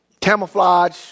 Camouflage